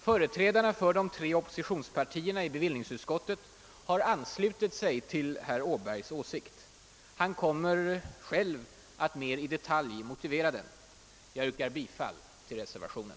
Företrädarna för de tre oppositionspartierna har i bevillningsutskottet anslutit sig till herr Åbergs åsikt. Han kommer själv att mer i detalj motivera den. Jag yrkar bifall till reservationen.